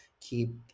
keep